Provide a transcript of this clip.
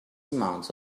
amount